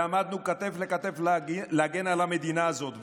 עמדנו כתף אל כתף להגן על המדינה הזאת.